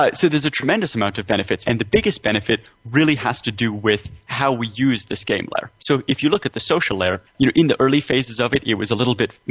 but so there's a tremendous amount of benefits, and the biggest benefit really has to do with how we use this game layer. so if you look at the social layer, in the early phases of it, it was a little bit you